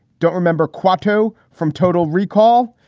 don't remember cuarto from total recall.